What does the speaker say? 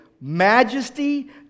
majesty